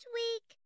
week